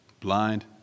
blind